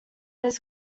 his